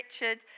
Richard